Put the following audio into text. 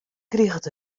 kriget